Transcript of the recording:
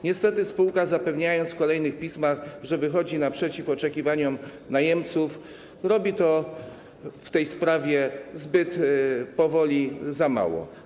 Niestety spółka, zapewniając w kolejnych pismach, że wychodzi naprzeciw oczekiwaniom najemców, postępuje w tej sprawie zbyt powoli, robi za mało.